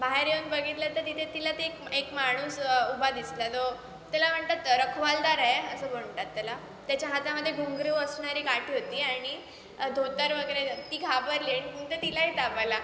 बाहेर येऊन बघितलं तर तिथे तिला ते एक एक माणूस उभा दिसला त्याला म्हणतात रखवालदार आहे असं म्हणतात त्याला त्याच्या हातामध्ये घुंगरू असणारी काठी होती आणि धोतर वगैरे ती घाबरली नंतर तिलाही ताप आला